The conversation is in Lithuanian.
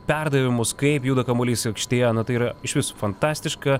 perdavimus kaip juda kamuolys aikštėje na tai yra išvis fantastiška